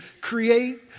create